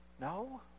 No